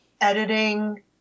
editing